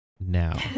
now